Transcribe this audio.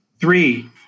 Three